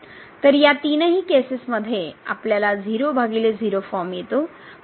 तर या तीनही केसेसमध्ये आपल्याला 00 फॉर्म येतो परंतु त्याचे लिमिट वेगळे येते